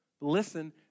Listen